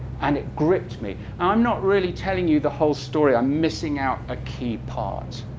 and it gripped me. and i'm not really telling you the whole story. i'm missing out a key part,